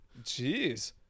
Jeez